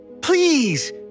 please